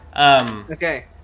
Okay